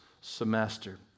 semester